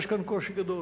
יש כאן קושי גדול.